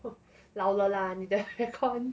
老了啦你的 air con